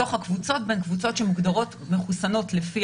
ובתוך הקבוצות בין קבוצות שמוגדרות מחוסנות לפי